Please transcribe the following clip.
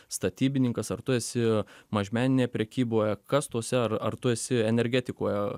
statybininkas ar tu esi mažmeninėje prekyboje kas tose ar ar tu esi energetikoje